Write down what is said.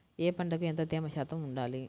ఏ పంటకు ఎంత తేమ శాతం ఉండాలి?